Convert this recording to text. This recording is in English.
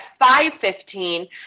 5.15